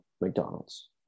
McDonald's